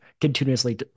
continuously